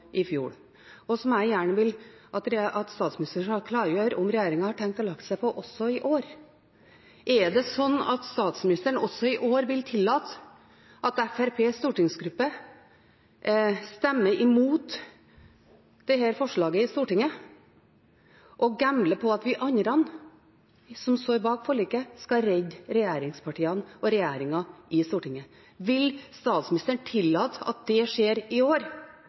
i fjor, en måte som jeg gjerne vil at statsministeren skal klargjøre om regjeringen har tenkt å gjøre det på også i år. Er det sånn at statsministeren også i år vil tillate at Fremskrittspartiets stortingsgruppe stemmer imot dette forslaget i Stortinget, og gambler med at vi andre som står bak forliket, skal redde regjeringspartiene og regjeringen i Stortinget? Vil statsministeren tillate at det skjer i år?